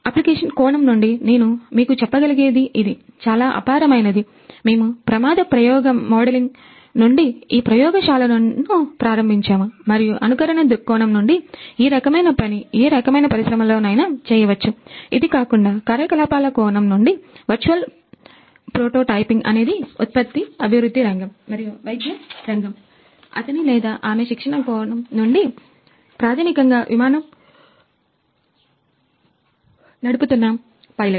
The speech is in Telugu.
అప్లికేషన్ కోణం నుండి నేను మీకు చెప్పగలిగేది ఇది చాలా అపారమైనది మేము ప్రమాద ప్రయోగ మోడలింగ్ అనేది ఉత్పత్తి అభివృద్ధి రంగం మరియు వైద్య రంగం అతని లేదా ఆమె శిక్షణా కోణం నుండి ప్రాథమికంగా విమానం విమానం నడుపుతున్న పైలట్